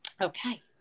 okay